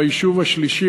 ביישוב השלישי,